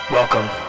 Welcome